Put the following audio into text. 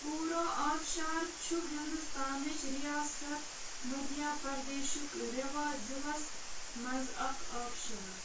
پوٗرو آبشار چھُ ہِنٛدوستانٕچ رِیاست مدھیہ پَردیشُک ریوا ضِلعَس منٛز اکھ آبشار